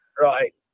Right